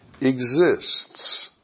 exists